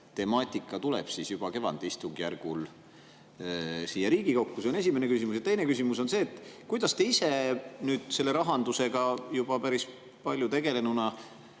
temaatika tuleb juba kevadistungjärgul siia Riigikokku? See on esimene küsimus. Teine küsimus on see: kuidas te ise rahandusega juba päris palju tegelenuna